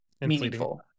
meaningful